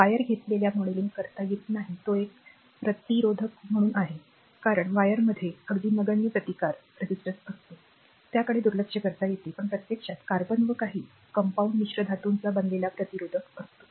wire घेतल्यास modelling करता येत नाही तो एक प्रतिरोधक म्हणून आहे कारण वायरमध्ये अगदी नगण्य प्रतिकार असतो त्याकडे दुर्लक्ष करता येते पण प्रत्यक्षात कार्बन व काही कंपाऊंड मिश्र धातुचा बनलेला प्रतिरोधक असतो